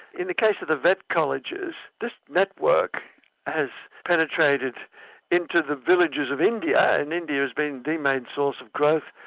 in the case of the vet colleges, this network has penetrated into the villages of india and india has been the main source of growth,